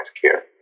care